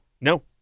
No